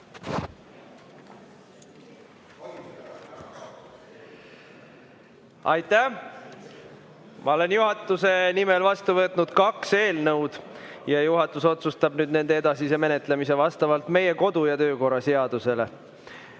Aitäh! Ma olen juhatuse nimel vastu võtnud kaks eelnõu ja juhatus otsustab nende edasise menetlemise vastavalt meie kodu‑ ja töökorra seadusele. Annan